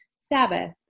Sabbath